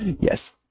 Yes